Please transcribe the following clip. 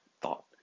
thought